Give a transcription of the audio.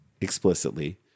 explicitly